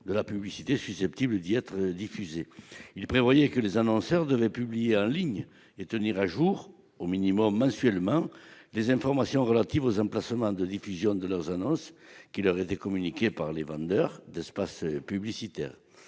de la publicité susceptible d'y être diffusée. Il prévoyait que les annonceurs devaient publier en ligne et tenir à jour, au moins mensuellement, les informations relatives aux emplacements de diffusion de leurs annonces, communiquées par les vendeurs d'espaces publicitaires.